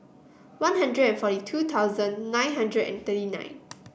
One Hundred and forty two thousand nine hundred and thirty nine